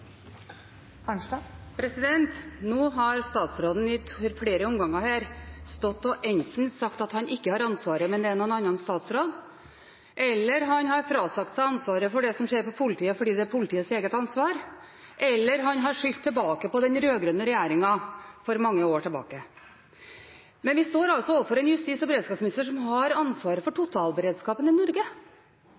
Nå har statsråden i flere omganger stått og sagt at han enten ikke har ansvaret – det er en annen statsråd – eller han har frasagt seg ansvaret for det som skjer i politiet fordi det er politiets eget ansvar, eller han har skyldt på den rød-grønne regjeringen for mange år tilbake. Men vi står altså overfor en justis- og beredskapsminister som har ansvaret for totalberedskapen i Norge,